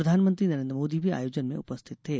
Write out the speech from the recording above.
प्रधानमंत्री नरेंद्र मोदी भी आयोजन में उपस्थित थे